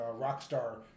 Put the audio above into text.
Rockstar